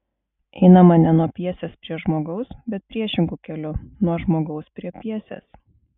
einama ne nuo pjesės prie žmogaus bet priešingu keliu nuo žmogaus prie pjesės